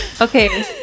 Okay